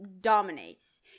dominates